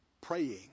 Praying